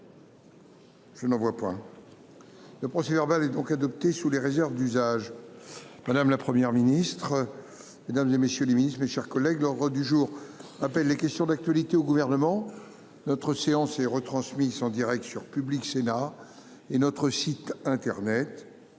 Je ne vois pas. Le procès-verbal est donc adopté sous les réserves d'usage. Madame, la Première ministre. Mesdames, et messieurs les ministres, mes chers collègues, l'ordre du jour appelle les questions d'actualité au gouvernement. Notre séance et retransmise en Direct sur Public Sénat et notre site Internet.